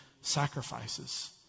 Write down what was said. sacrifices